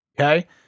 okay